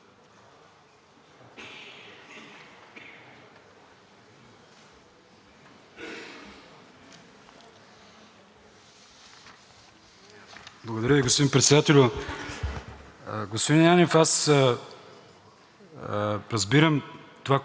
Благодаря Ви, господин Председател. Господин Янев, аз разбирам това, което предлагате, но смятам, че по този начин се обезсмисля т. 3, защото там е посочено: „Министерският съвет